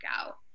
out